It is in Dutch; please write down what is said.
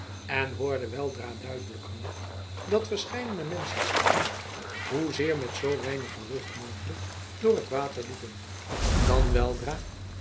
en hoorde weldra duidelijker nog dat verscheidene menschenstemmen hoezeer met zoo weinig geruchts mogelijk door het water liepen dan weldra